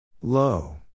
Low